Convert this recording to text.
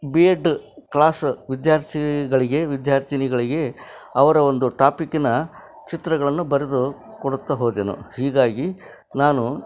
B Ed class ವಿದ್ಯಾರ್ಥಿಗಳಿಗೆ ವಿದ್ಯಾರ್ಥಿನಿಗಳಿಗೆ ಅವರ ಒಂದು ಟಾಪಿಕ್ಕಿನ ಚಿತ್ರಗಳನ್ನು ಬರೆದು ಕೊಡುತ್ತಾ ಹೋದೆನು ಹೀಗಾಗಿ ನಾನು